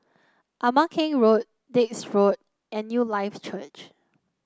Ama Keng Road Dix Road and Newlife Church